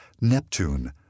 Neptune